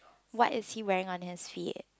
what is he wearing on his feet